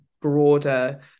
broader